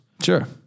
Sure